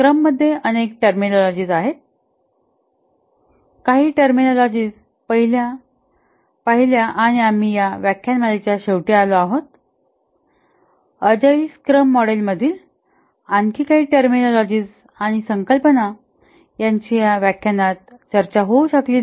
scrum मध्ये अनेक terminologies आहेत काही टर्मिनॉलॉजिज पाहिल्या आणि आम्ही या व्याख्यानमालेच्या शेवटी आलो आहोत अजाईल स्क्रम मॉडेलमधील आणखी काही टर्मिनॉलॉजिज आणि संकल्पना यांची या व्याख्यानात चर्चा होऊ शकली नाही